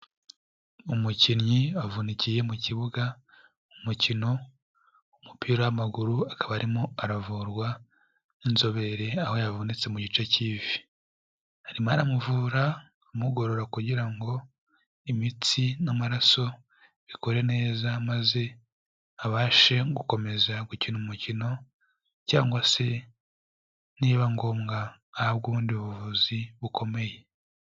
Umukinnyi avunikiye mu kibuga umukino w'umupira w'amaguru akaba arimo aravurwa n'inzobere aho yavunitse mu gice cy'ivi, arimo aravura amugorora kugira ngo imitsi n'amaraso bikore neza maze abashe gukomeza gukina umukino cyangwa se nibiba ngombwa ahabwe ubundi buvuzi bukomeye.